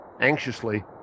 Anxiously